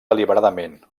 deliberadament